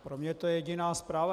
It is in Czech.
Pro mě to je jediná zpráva.